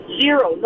zero